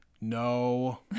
No